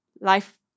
life